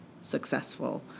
successful